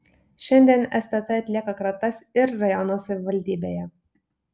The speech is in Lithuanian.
šiandien stt atlieka kratas ir rajono savivaldybėje